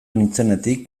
nintzenetik